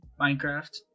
Minecraft